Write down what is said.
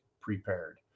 prepared